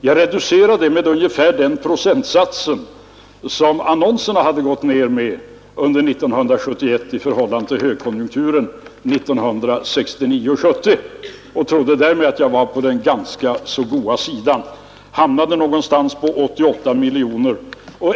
Jag reducerade den med hänsyn till annonseringens nedgång under 1971 i förhållande till vad som gällt under högkonjunkturen 1969 och 1970. Därmed trodde jag att jag var på den säkra sidan och hamnade någonstans på 88 miljoner.